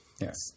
Yes